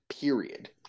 period